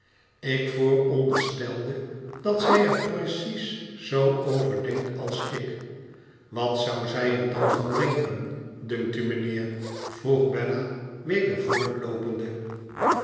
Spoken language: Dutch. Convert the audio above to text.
lik vooronderstelde dat zij er precies zoo over denkt als ik wat zou zij er dan van denken dunkt u mijnheer vroeg bella